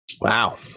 Wow